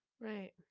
right